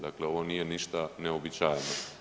Dakle, ovo nije ništa neuobičajeno.